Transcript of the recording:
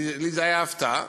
לי זו הייתה הפתעה.